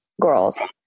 girls